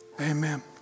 Amen